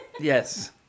Yes